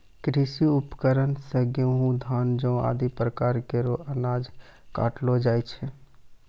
कृषि उपकरण सें गेंहू, धान, जौ आदि प्रकार केरो अनाज काटलो जाय छै